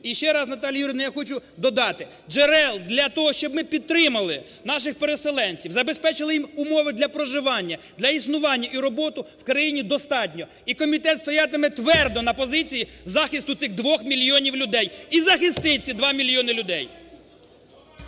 І ще раз, Наталія Юріївна, я хочу додати: джерел для того, щоб ми підтримали наших переселенців, забезпечили їм умови для проживання, для існування і роботу, в країні достатньо. І комітет стоятиме твердо на позиції захисту цих 2 мільйонів людей. І захистить цих 2 мільйони людей.